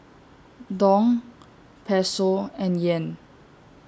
Dong Peso and Yen